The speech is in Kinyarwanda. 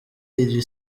iri